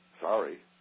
Sorry